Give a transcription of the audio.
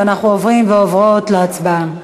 ואנחנו עוברים ועוברות להצבעה.